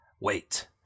Wait